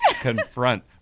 confront